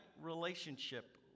relationship